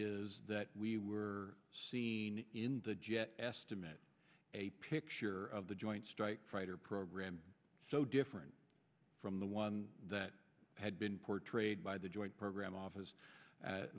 is that we were seen in the jet estimate a picture of the joint strike fighter program so different from the one that had been portrayed by the joint program off